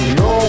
no